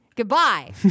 Goodbye